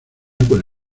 con